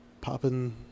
popping